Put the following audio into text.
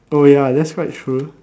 oh ya that's quite true